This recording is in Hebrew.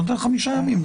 זה נותן חמישה ימים.